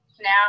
now